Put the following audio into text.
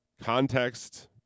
context